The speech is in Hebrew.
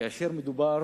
כאשר מדובר